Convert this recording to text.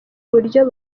buryo